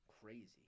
crazy